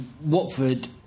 Watford